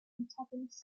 antagonist